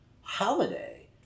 holiday